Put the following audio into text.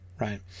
right